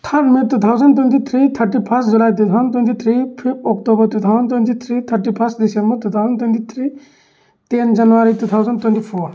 third may two thousand twenty three thirty first July two thousand twenty three fifth October two thousand twenty three thirty first December two thousand twenty three ten January two thousand twenty four